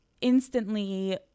instantly